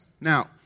Now